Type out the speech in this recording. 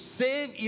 save